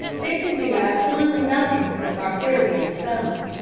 they could do absolutely nothing for the prosperity of the settlement,